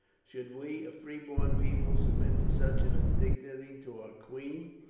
should we, a free born people, submit to such an indignity to our queen?